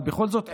אבל בכל זאת,